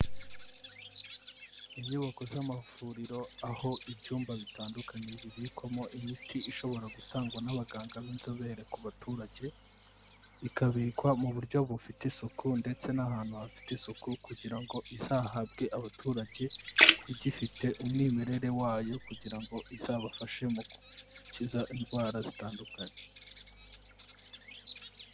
Inyubako z'amavuriro aho ibyumba bitandukanye bibikwamo imiti ishobora gutangwa n'abaganga b'inzobere ku baturage, ikabikwa mu buryo bufite isuku ndetse n'ahantu hafite isuku kugira ngo izahabwe abaturage igifite umwimerere wayo kugira ngo izabafashe mu gukiza indwara zitandukanye.